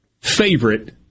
favorite